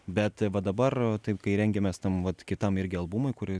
bet va dabar taip kai rengiamės tam vat kitam irgi albumui kurį